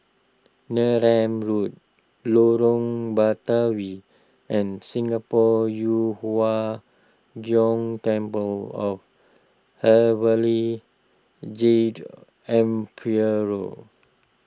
Neram Road Lorong Batawi and Singapore Yu Huang Gong Temple of Heavenly Jade Emperor